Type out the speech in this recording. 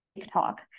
TikTok